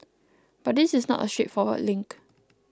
but this is not a straightforward link